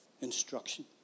instruction